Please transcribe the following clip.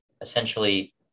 essentially